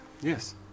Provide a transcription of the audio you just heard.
Yes